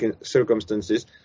circumstances